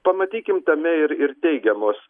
pamatykim tame ir ir teigiamos